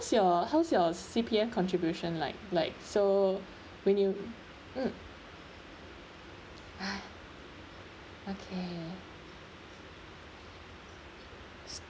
your how's your C_P_F contribution like like so when you mm !hais! okay